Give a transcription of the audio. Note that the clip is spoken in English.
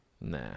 Nah